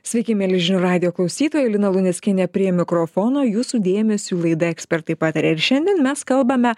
sveiki mieli žinių radijo klausytojai lina luneckienė prie mikrofono jūsų dėmesiui laida ekspertai pataria ir šiandien mes kalbame